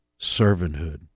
servanthood